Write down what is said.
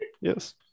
yes